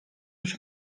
już